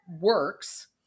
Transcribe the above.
works